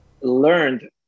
learned